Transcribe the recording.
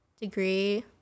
degree